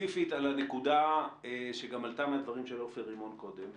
ספציפית על הנקודה שגם עלתה מהדברים של עופר רימון קודם,